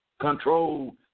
control